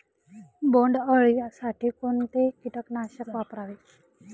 बोंडअळी साठी कोणते किटकनाशक वापरावे?